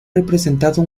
representado